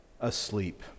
asleep